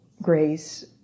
Grace